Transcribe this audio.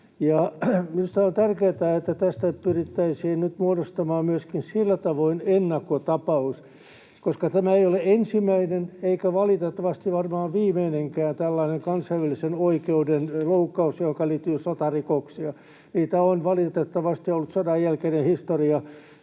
Minusta on tärkeätä, että tästä pyrittäisiin nyt muodostamaan myöskin siltä kannalta ennakkotapaus, että tämä ei ole ensimmäinen eikä valitettavasti varmaan viimeinenkään tällainen kansainvälisen oikeuden loukkaus, johonka liittyy sotarikoksia. Niitä on valitettavasti ollut sodanjälkeinen historia